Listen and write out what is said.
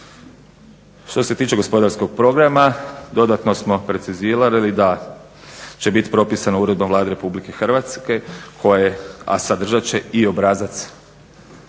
Što se tiče gospodarskog programa dodatno smo precizirali da će biti propisano uredbom Vlade Republike Hrvatske koje, a sadržat će i obrazac samog